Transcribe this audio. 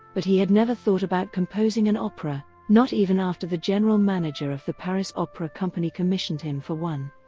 but he had never thought about composing an opera, not even after the general manager of the paris opera company commissioned him for one.